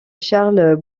charles